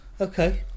okay